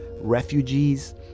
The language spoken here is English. refugees